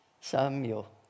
Samuel